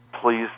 please